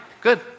good